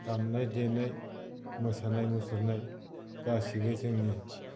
दामनाय देनाय मोसानाय मुसुरनाय गासैबो जोंनि